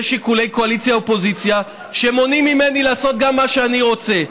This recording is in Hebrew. יש שיקולי קואליציה אופוזיציה שמונעים ממני לעשות גם מה שאני רוצה.